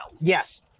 Yes